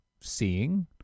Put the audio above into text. seeing